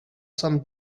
some